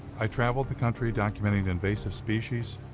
i traveled the country documenting invasive species.